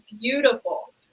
beautiful